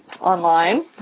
online